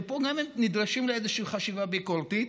ופה גם נדרשים לאיזושהי חשיבה ביקורתית,